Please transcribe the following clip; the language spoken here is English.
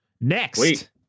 next